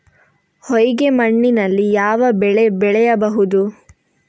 ಹೊಯ್ಗೆ ಮಣ್ಣಿನಲ್ಲಿ ಯಾವ ಬೆಳೆ ಬೆಳೆಯಬಹುದು?